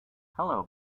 hello